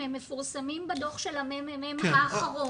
הם מפורסמים בדוח של הממ"מ האחרון.